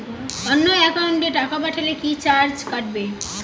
অন্য একাউন্টে টাকা পাঠালে কি চার্জ কাটবে?